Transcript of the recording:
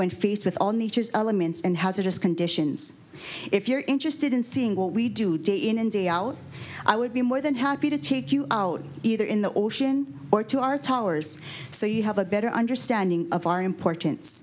when faced with on the elements and hazardous conditions if you're interested in seeing what we do day in and day out i would be more than happy to take you either in the ocean or to our talers so you have a better understanding of our importance